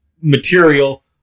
material